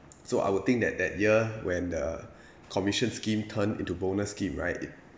so I would think that that year when the commission scheme turn into bonus scheme right it